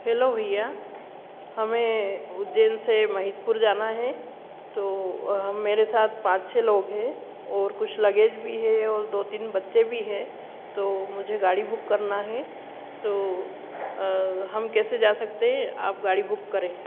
hello भैया मुझे उज्जैन से महितपुर जाना है तो मेरे साथ पाँच छः लोग हैं और कुछ लगेज भी है और दो तीन बच्चे भी हैं तो मुझे गाड़ी बुक करना है तो हम कैसे जा सकते हैं आप गाड़ी बुक करें